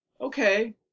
okay